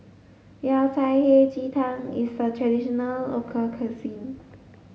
Yao Cai Hei Ji Tang is a traditional local cuisine